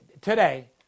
today